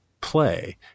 play